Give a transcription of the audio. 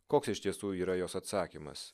koks iš tiesų yra jos atsakymas